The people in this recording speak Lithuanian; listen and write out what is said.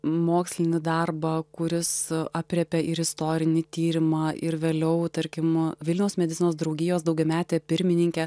mokslinį darbą kuris aprėpė ir istorinį tyrimą ir vėliau tarkim vilniaus medicinos draugijos daugiametė pirmininkė